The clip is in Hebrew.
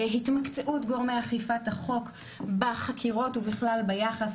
התמקצעות גורמי אכיפת החוק בחקירות או בכלל ביחס,